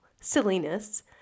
silliness